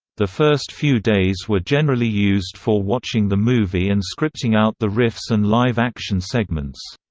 the first few days were generally used for watching the movie and scripting out the riffs and live action segments.